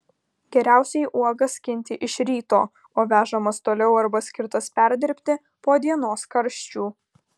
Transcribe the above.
geriausiai uogas skinti iš ryto o vežamas toliau arba skirtas perdirbti po dienos karščių